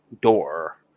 door